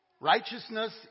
righteousness